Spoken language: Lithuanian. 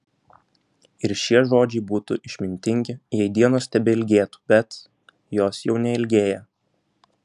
ir šie žodžiai būtų išmintingi jei dienos tebeilgėtų bet jos jau neilgėja